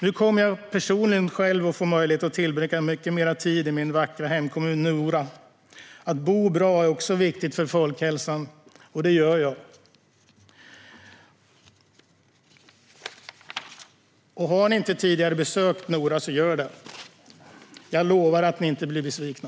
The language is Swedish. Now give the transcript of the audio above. Nu kommer jag att få möjlighet att tillbringa mycket mer tid i min vackra hemkommun Nora. Att bo bra är också viktigt för folkhälsan, och det gör jag. Har ni inte tidigare besökt Nora så gör det! Jag lovar att ni inte blir besvikna.